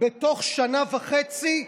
בתוך שנה וחצי,